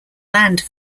land